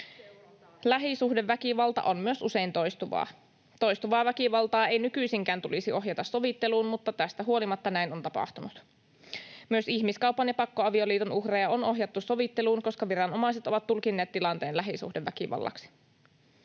Lähisuhdeväkivalta on myös usein toistuvaa. Toistuvaa väkivaltaa ei nykyisinkään tulisi ohjata sovitteluun, mutta tästä huolimatta näin on tapahtunut. Myös ihmiskaupan ja pakkoavioliiton uhreja on ohjattu sovitteluun, koska viranomaiset ovat tulkinneet tilanteen lähisuhdeväkivallaksi.